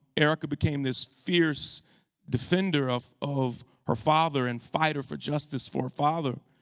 erica became this fierce defender of of her father and fighter for justice for father.